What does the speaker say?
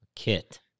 Kit